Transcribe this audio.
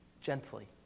gently